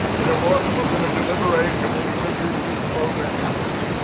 you know what, we're going to deliberate and we'll be with you in just a moment. abjurist,